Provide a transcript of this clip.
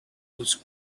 was